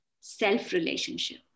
self-relationship